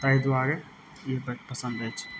ताहि दुआरे ई बैसी पसन्द अछि